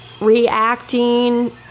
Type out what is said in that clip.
reacting